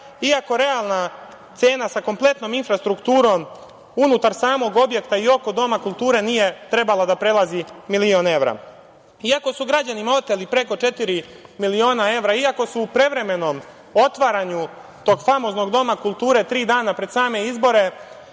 iako realna cena sa kompletnom infrastrukturom unutar samog objekta i oko Doma kulture nije trebala da prelazi milion evra. Iako su građanima oteli preko četiri miliona evra, iako su u prevremenom otvaranju tog famoznog doma kulture, tri dana pred same izbore